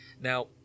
Now